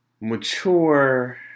mature